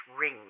ring